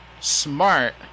smart